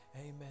Amen